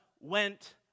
went